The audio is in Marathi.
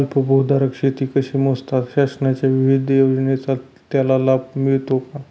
अल्पभूधारक शेती कशी मोजतात? शासनाच्या विविध योजनांचा त्याला लाभ मिळतो का?